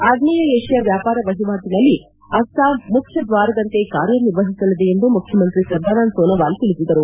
ಆಗ್ನೇಯ ಏಷ್ಕಾ ವ್ಯಾಪಾರ ವಹಿವಾಟನಲ್ಲಿ ಅಸ್ಲಾಂ ಮುಖ್ಯ ದ್ವಾರದಂತೆ ಕಾರ್ಯ ನಿರ್ವಹಿಸಲಿದೆ ಎಂದು ಮುಖ್ಯಮಂತ್ರಿ ಸರ್ಬಾನಂದ್ ಸೊನೊವಾಲ್ ತಿಳಿಸಿದರು